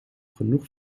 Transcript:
genoeg